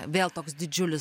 vėl toks didžiulis